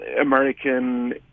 American